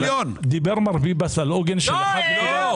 דיבר מר ביבס על עוגן של ------ פינדרוס,